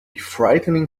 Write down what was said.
frightening